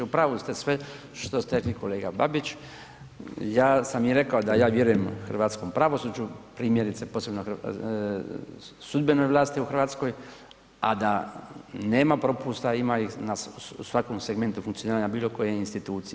U pravu ste sve što ste rekli kolega Babić, ja sam i rekao da ja vjerujem hrvatskom pravosuđu, primjerice posebno sudbenoj vlasti u Hrvatskoj, a da nema propusta ima ih u svakom segmentu funkcioniranja bilo koje institucije.